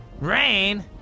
Rain